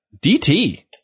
DT